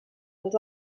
els